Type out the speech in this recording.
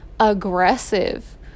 Aggressive